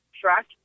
track